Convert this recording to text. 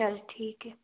ਚਲ ਠੀਕ ਹੈ